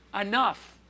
Enough